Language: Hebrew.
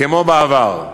כמו בעבר,